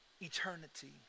eternity